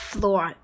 Floor